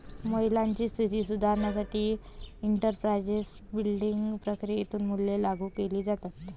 महिलांची स्थिती सुधारण्यासाठी एंटरप्राइझ बिल्डिंग प्रक्रियेतून मूल्ये लागू केली जातात